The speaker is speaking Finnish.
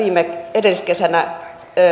edelliskesänä